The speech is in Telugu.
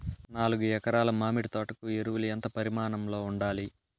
నాలుగు ఎకరా ల మామిడి తోట కు ఎరువులు ఎంత పరిమాణం లో ఉండాలి?